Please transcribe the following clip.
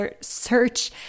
search